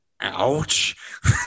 ouch